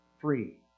Free